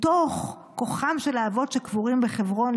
מתוך כוחם של האבות שקבורים בחברון,